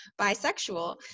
bisexual